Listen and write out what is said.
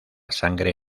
sangre